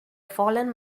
fallen